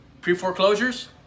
pre-foreclosures